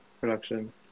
production